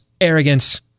arrogance